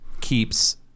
keeps